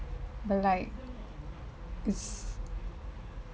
but like it's